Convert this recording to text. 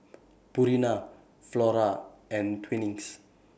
Purina Flora and Twinings